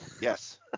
Yes